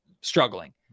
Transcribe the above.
struggling